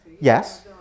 Yes